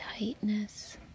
tightness